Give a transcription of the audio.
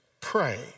pray